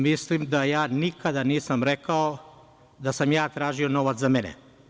Mislim da ja nikada nisam rekao da sam ja tražio novac za mene.